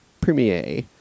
premiere